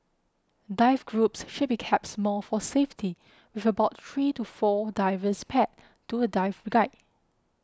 dive groups should be kept small for safety with about three to four divers paired to a dive guide